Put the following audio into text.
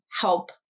help